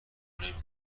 نمی